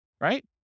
Right